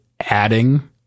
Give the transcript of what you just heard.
adding